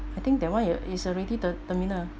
I think that one ya is already terminal